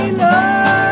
love